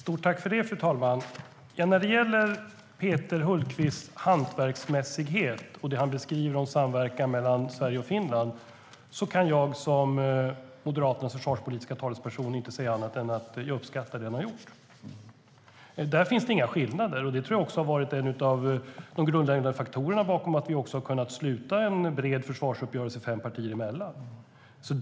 Fru talman! När det gäller Peter Hultqvists hantverksmässighet och det som han beskriver om samverkan mellan Sverige och Finland kan jag som Moderaternas försvarspolitiska talesperson inte säga annat än att jag uppskattar det som han har gjort. Där finns det inga skillnader, och det har nog varit en av de grundläggande faktorerna bakom att vi har kunnat sluta en bred försvarsuppgörelse mellan fem partier.